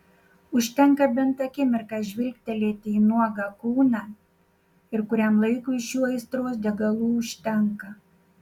užtenka bent akimirką žvilgtelėti į nuogą kūną ir kuriam laikui šių aistros degalų užtenka